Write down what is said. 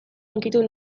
hunkitu